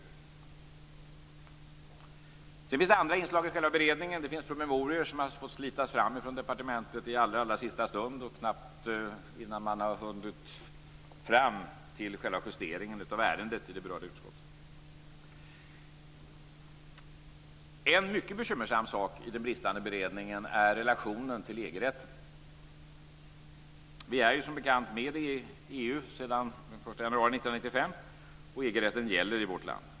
Sedan finns i andra i själva beredningen. Det finns promemorior som man har fått slita fram från departementet i allra sista stund och knappt innan man hunnit fram till själva justeringen av ärendet i det berörda utskottet. En mycket bekymmersam sak i den bristande beredningen är relationen till EG-rätten. Vi är som bekant med i EU sedan den 1 januari 1995, och EG rätten gäller i vårt land.